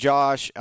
Josh